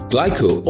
Glyco